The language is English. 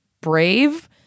brave